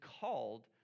called